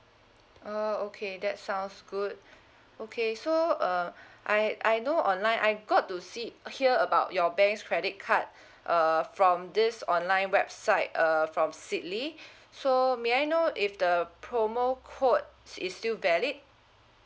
oh okay that sounds good okay so uh I I know online I got to see hear about your bank's credit card err from this online website err from so may I know if the promo code is still valid